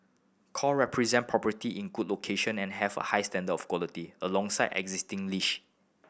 core represent property in good location and have a high standard of quality alongside existing